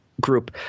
group